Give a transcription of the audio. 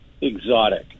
exotic